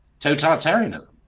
totalitarianism